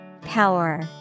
Power